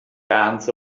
hands